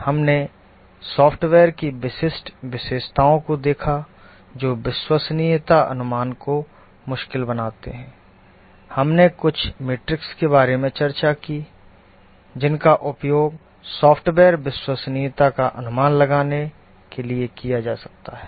हमने सॉफ्टवेयर की विशिष्ट विशेषताओं को देखा जो विश्वसनीयता अनुमान को मुश्किल बनाते हैं हमने कुछ मेट्रिक्स के बारे में भी चर्चा की जिनका उपयोग सॉफ्टवेयर विश्वसनीयता का अनुमान लगाने के लिए किया जा सकता है